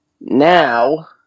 now